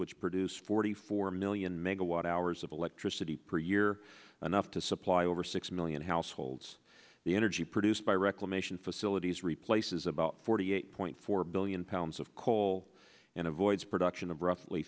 which produce forty four million megawatt hours of electricity per year anough to supply over six million households the energy produced by reclamation facilities replaces about forty eight point four billion pounds of coal and avoids production